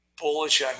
bullish